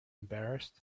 embarrassed